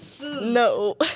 No